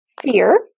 fear